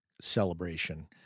celebration